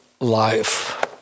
life